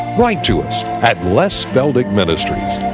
write to us at les feldick ministries,